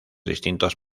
distintos